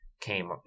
came